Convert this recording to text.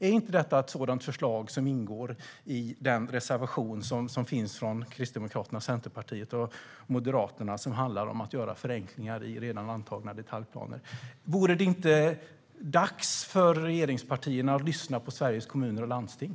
Är inte det ett sådant förslag som ingår i den reservation som finns från Kristdemokraterna, Centerpartiet och Moderaterna och som handlar om att göra förenklingar i redan antagna detaljplaner? Vore det inte dags för regeringspartierna att lyssna på Sveriges Kommuner och Landsting?